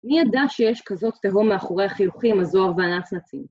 מי ידע שיש כזאת תהום מאחורי החיוכים, הזוהר והנצנצים?